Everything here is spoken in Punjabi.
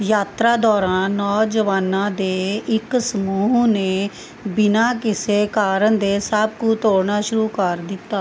ਯਾਤਰਾ ਦੌਰਾਨ ਨੌਜਵਾਨਾਂ ਦੇ ਇੱਕ ਸਮੂਹ ਨੇ ਬਿਨਾਂ ਕਿਸੇ ਕਾਰਨ ਦੇ ਸਭ ਕੁ ਤੋੜਨਾ ਸ਼ੁਰੂ ਕਰ ਦਿੱਤਾ